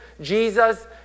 Jesus